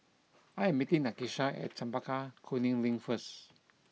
I am meeting Nakisha at Chempaka Kuning Link first